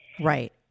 right